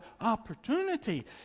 opportunity